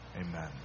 Amen